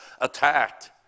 attacked